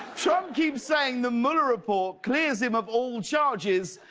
trump keeps saying the mueller report clears him of all charges,